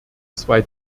zwei